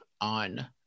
on